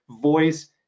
voice